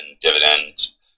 dividends